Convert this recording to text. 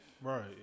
Right